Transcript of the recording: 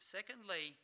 Secondly